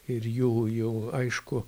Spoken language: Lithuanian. ir jų jų aišku